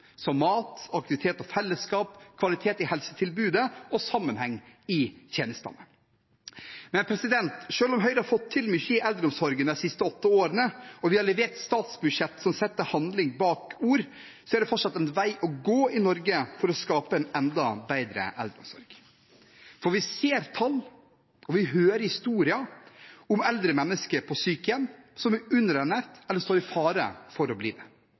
mat, aktivitet, fellesskap, kvalitet i helsetilbudet og sammenheng i tjenestene. Selv om Høyre har fått til mye i eldreomsorgen de siste åtte årene, og vi har levert et statsbudsjett som setter handling bak ord, er det fortsatt en vei å gå i Norge for å skape en enda bedre eldreomsorg, for vi ser tall og hører historier om eldre mennesker på sykehjem som er underernært eller står i fare for å bli det.